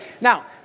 Now